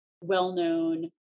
well-known